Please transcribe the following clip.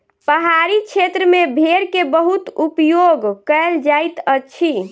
पहाड़ी क्षेत्र में भेड़ के बहुत उपयोग कयल जाइत अछि